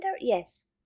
Yes